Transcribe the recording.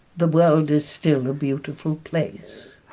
the world is still a beautiful place.